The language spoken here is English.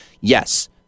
Yes